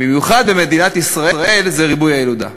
במיוחד במדינת ישראל, זה בגלל ריבוי הילודה.